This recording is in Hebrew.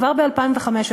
כבר ב-2005,